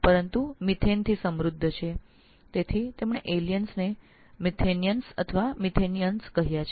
આ કારણે તેઓએ એલિયનને મિથેનીયનો અથવા મિથેનીઅન્સ કહયા છે